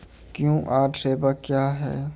QR सेवा क्या हैं?